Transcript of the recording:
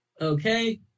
Okay